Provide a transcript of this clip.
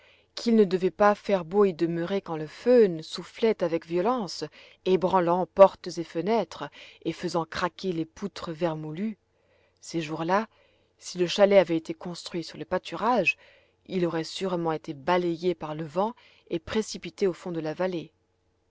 qu'il ne devait pas faire beau y demeurer quand le fhn soufflait avec violence ébranlant portes et fenêtres et faisant craquer les poutres vermoulues ces jours-là si le chalet avait été construit sur le pâturage il aurait sûrement été balayé par le vent et précipité au fond de la vallée